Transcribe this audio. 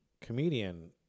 Comedian